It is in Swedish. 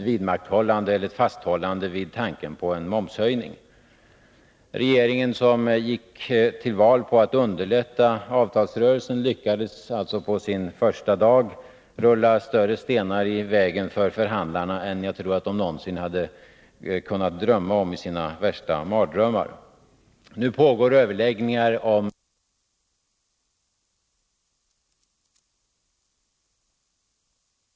Ovanpå detta kommer ett fasthållande vid tanken på en momshöjning. Regeringen, som gick till val på att underlätta avtalsrörelsen, lyckades alltså på sin första dag rulla större stenar i vägen för förhandlarna än jag tror skattehöjningars att de någonsin hade kunnat drömma om i sina värsta mardrömmar. inverkan på av Nu pågår överläggningar om allt detta, och det är väl inte så hemskt mycket — talsrörelsen som regeringen rent materiellt kan göra för att nu underlätta avtalsrörelsen. Men det finns en åtgärd: Låt bli momshöjningen! Har regeringen någon förståelse för det sättet att underlätta avtalsrörelsen, som också framförts från fackligt håll?